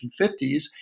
1950s